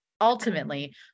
ultimately